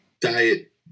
diet